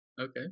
okay